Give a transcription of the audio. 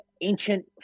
ancient